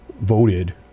voted